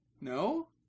No